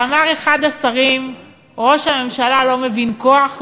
ואמר אחד השרים: ראש הממשלה לא מבין כוח,